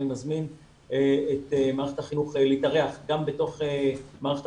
אני מזמין את מערכת החינוך להתארח גם בתוך מערכת